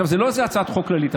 זה לא איזו הצעת חוק כללית,